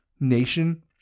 nation